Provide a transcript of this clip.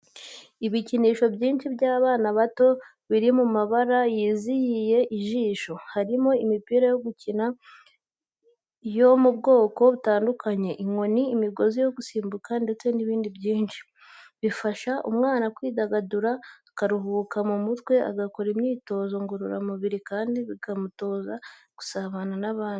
Ibikinisho byinshi by'abana bato biri mu mabara yizihiye ijisho. Harimo imipira yo gukina yo mu bwoko butandukanye, inkoni, imigozi yo gusimbuka ndetse n'ibindi byinshi. Bifasha umwana kwidagadura, akaruhuka mu mutwe, agakora imyitozo ngororamubiri kandi bikamutoza gusabana n'abandi.